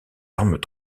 armes